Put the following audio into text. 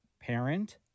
parent